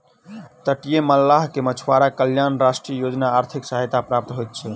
तटीय मल्लाह के मछुआरा कल्याण राष्ट्रीय योजना आर्थिक सहायता प्राप्त होइत छै